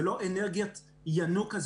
זה לא אנרגיית ינוקא,